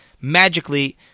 magically